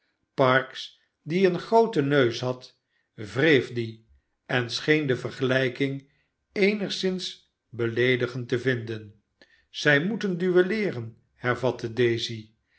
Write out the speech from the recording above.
parkes die een grooten neus had wreef dien en scheen de vergehjkmg eenigszins beleedigend te vinden zij moeten duelleeren hervatte daisy